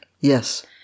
Yes